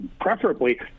preferably